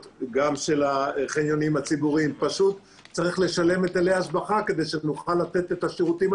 גם של החניונים הציבוריים; פשוט צריך לשלם היטלי השבחה כדי